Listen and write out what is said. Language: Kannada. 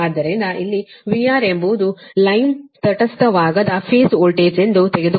ಆದ್ದರಿಂದ ಇಲ್ಲಿ VR ಎಂಬುದು ಲೈನ್ ತಟಸ್ಥವಾಗದ ಫೇಸ್ ವೋಲ್ಟೇಜ್ ಎಂದು ತೆಗೆದುಕೊಳ್ಳಬೇಕು